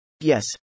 Yes